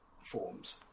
forms